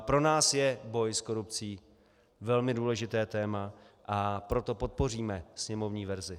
Pro nás je boj s korupcí velmi důležité téma, a proto podpoříme sněmovní verzi.